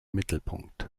mittelpunkt